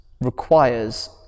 requires